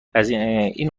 این